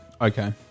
Okay